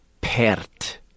PERT